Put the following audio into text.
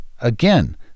again